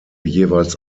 jeweils